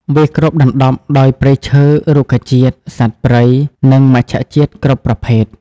វាគ្របដណ្តប់ដោយព្រៃឈើ រុក្ខជាតិ សត្វព្រៃ និងមច្ឆជាតិគ្រប់ប្រភេទ។